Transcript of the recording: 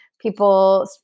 people